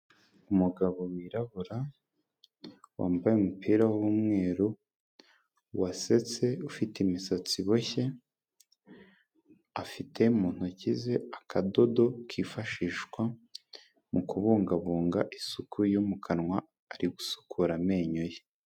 Umugabo wirabura, wambaye umupira w'umweru, wasetse ufite imisatsi iboshye, afite mu ntoki ze akadodo kifashishwa mu kubungabunga isuku yo mu kanwa, ari gusukura amenyo ye.